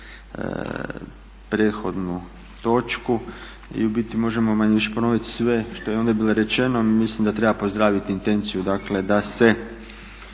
prethodnu točku i u biti možemo manje-više ponovit sve što je onda bilo rečeno. Mislim da treba pozdravit intenciju dakle